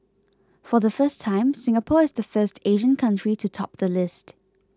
for the first time Singapore is the first Asian country to top the list